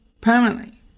Permanently